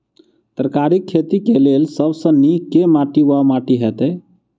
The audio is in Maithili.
तरकारीक खेती केँ लेल सब सऽ नीक केँ माटि वा माटि हेतै?